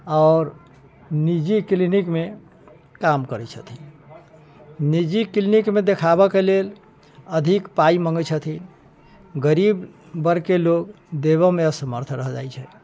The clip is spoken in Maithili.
आओर निजी क्लिनिकमे काम करै छथिन निजी क्लिनिकमे देखाबयके लेल अधिक पाइ मङ्गै छथिन गरीब वर्गके लोक देबयमे असमर्थ रहि जाइ छै